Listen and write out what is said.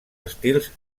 estils